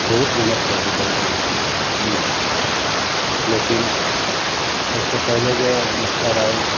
बहुत मेहनत कयली बहुत मेहनत कयली लेकिन ओहिसँ पहिले जे मुखिया रहै